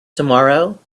tomorrow